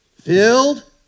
filled